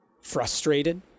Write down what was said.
frustrated